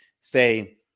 say